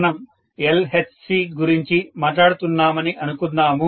మనం LHC గురించి మాట్లాడుతున్నామని అనుకుందాము